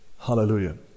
hallelujah